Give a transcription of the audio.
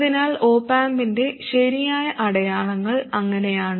അതിനാൽ ഒപ് ആമ്പിന്റെ ശരിയായ അടയാളങ്ങൾ അങ്ങനെയാണ്